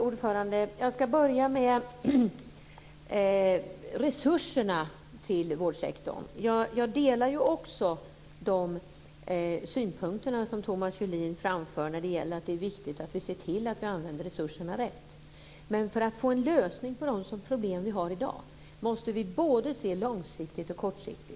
Fru talman! Jag vill först ta upp resurserna till vårdsektorn. Jag delar Thomas Julins synpunkter på vikten av att vi använder resurserna rätt, men för att få en lösning på de problem som vi har i dag måste vi se både långsiktigt och kortsiktigt.